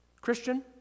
Christian